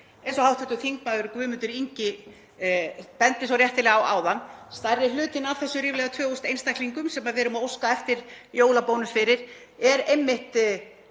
eins og hv. þm. Guðmundur Ingi benti svo réttilega á áðan; stærri hlutinn af þessum ríflega 2.000 einstaklingum sem við erum að óska eftir jólabónus fyrir er